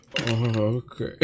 okay